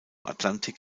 atlantik